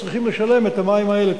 צריכים לשלם את המים האלה,